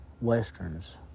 Westerns